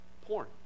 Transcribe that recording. porn